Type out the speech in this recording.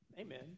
Amen